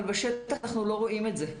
אבל בשטח אנחנו לא רואים את זה.